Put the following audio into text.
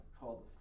called